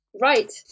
Right